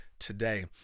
today